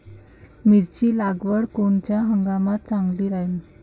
मिरची लागवड कोनच्या हंगामात चांगली राहीन?